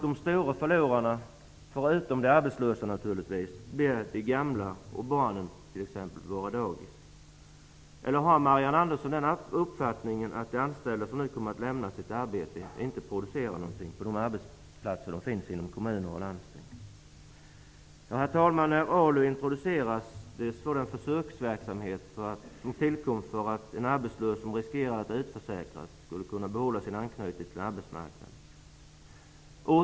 De stora förlorarna, förutom de arbetslösa, blir de gamla och barnen, t.ex. på våra dagis. Eller har Marianne Andersson den uppfattningen att de anställda som nu kommer att få lämna sina arbeten inte har producerat någonting på sina arbetsplatser inom kommuner och landsting? Herr talman! När ALU introducerades var det en försöksverksamhet, som tillkom för att en arbetslös som riskerade att utförsäkras skulle kunna behålla sin anknytning till arbetsmarknaden.